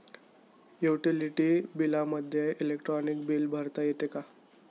Utility बिलामध्ये electronic bill भरता येते का?